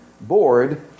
board